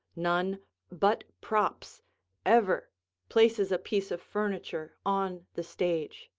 none but props ever places a piece of furniture on the stage.